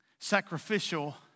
sacrificial